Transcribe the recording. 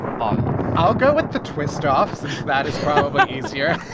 bogle i'll go with the twist-off that is probably easier